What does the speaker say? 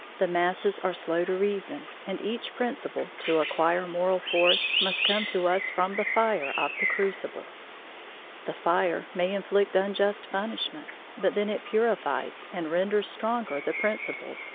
the masses are slow to reason, and each principle, to acquire moral force, must come to us from the fire of the crucible the fire may inflict unjust punishment, but then it purifies and renders stronger the principle,